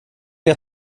jag